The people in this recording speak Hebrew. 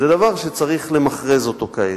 זה דבר שצריך למכרז אותו כעת.